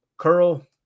Curl